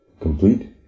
Complete